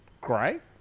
great